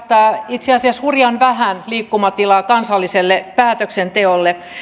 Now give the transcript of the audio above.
itse asiassa hurjan vähän liikkumatilaa kansalliselle päätöksenteolle